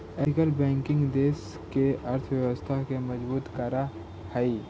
ethical banking देश के अर्थव्यवस्था के मजबूत करऽ हइ